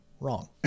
wrong